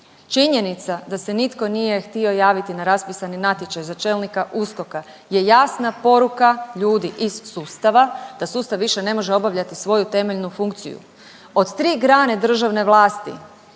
Činjenica da se nitko nije htio javiti na raspisani natječaj za čelnika USKOK-a je jasna poruka ljudi iz sustava da sustav više ne može obavljati svoju temeljnu funkciju. Od tri grane državne vlasti,